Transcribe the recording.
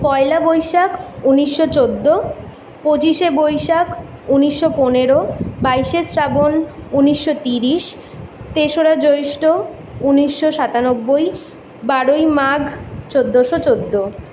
পয়লা বৈশাখ উনিশশো চোদ্দো পঁচিশে বৈশাখ উনিশশো পনেরো বাইশে শ্রাবণ উনিশশো তিরিশ তেশরা জ্যৈষ্ঠ উনিশশো সাতানব্বই বারোই মাঘ চোদ্দোশো চোদ্দো